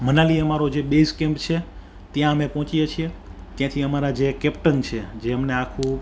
મનાલીએ જે મારો base camp છે ત્યાં અમે પહોંચીએ છીએ ત્યાંથી અમારા જે કેપ્ટન છે જે અમને આખું